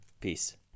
Peace